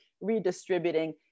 redistributing